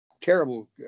terrible